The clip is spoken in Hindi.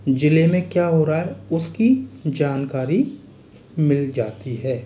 ज़िले में क्या हो रहा है उसकी जानकारी मिल जाती है